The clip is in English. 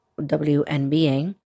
WNBA